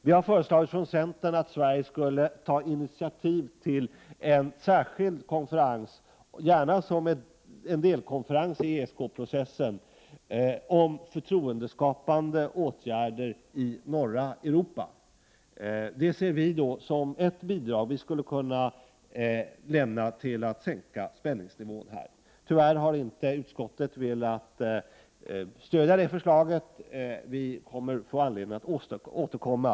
Vi har från centern föreslagit att Sverige skulle ta initiativ till en särskild konferens, gärna som en delkonferens i ESK-processen om förtroendeskapande åtgärder i norra Europa. Det ser vi som ett bidrag som vi skulle kunna lämna för att sänka spänningsnivån. Tyvärr har utskottet inte velat stödja det förslaget. Vi kommer att få anledning att återkomma.